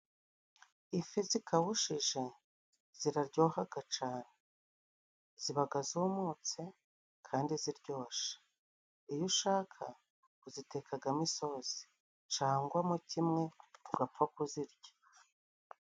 Ifi zikabushishe ziraryohaga cane, zibagazumutse kandi ziryoshe, iyo ushaka kuzitekagamo isosi cangwamo kimwe ugapfa kuzirya.